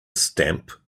stamp